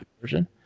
version